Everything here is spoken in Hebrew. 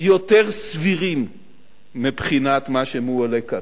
יותר סבירים מבחינת מה שמועלה כאן.